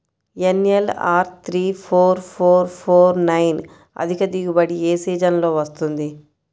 NLR three four four four nine అధిక దిగుబడి ఏ సీజన్లలో వస్తుంది?